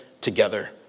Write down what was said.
together